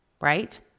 right